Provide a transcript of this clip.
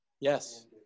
Yes